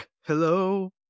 Hello